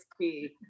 key